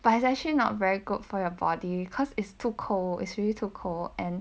but it's actually not very good for your body cause it's too cold is really too cold and